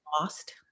lost